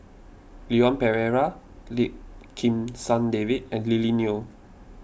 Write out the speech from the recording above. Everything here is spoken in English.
Leon Perera Lim Kim San David and Lily Neo